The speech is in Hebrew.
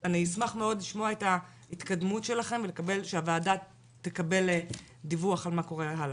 אני אשמח לשמוע את ההתקדמות שלכם ושהוועדה תקבל דיווח על מה קורה הלאה.